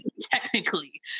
technically